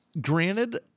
granted